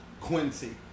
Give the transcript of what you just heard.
Quincy